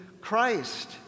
Christ